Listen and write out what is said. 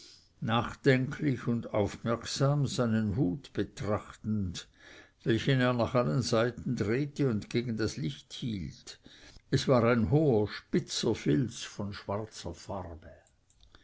nachdenklich und aufmerksam seinen hut betrachtend welchen er nach allen seiten drehte und gegen das licht hielt es war ein hoher spitzer filz von schwarzer farbe